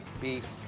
beef